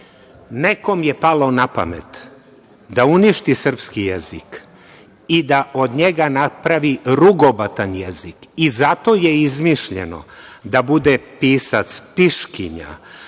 Nekom je palo napamet da uništi srpski jezik i da od njega napravi rugobatan jezik i zato je izmišljeno da bude pisac – piškinja,